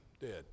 Dead